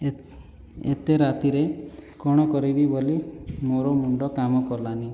ଏ ଏତେ ରାତିରେ କଣ କରିବି ବୋଲି ମୋ'ର ମୁଣ୍ଡ କାମ କଲାନି